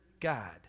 God